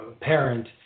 parent